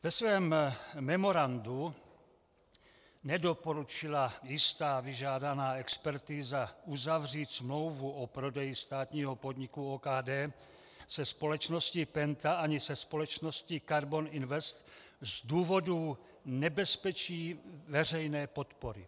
Ve svém memorandu nedoporučila jistá vyžádaná expertíza uzavřít smlouvu o prodeji státního podniku OKD se společností Penta ani se společností Karbon Invest z důvodu nebezpečí veřejné podpory.